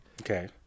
Okay